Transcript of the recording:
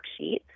worksheet